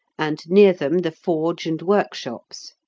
and near them the forge and workshops.